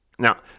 Now